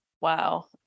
Wow